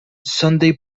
sunday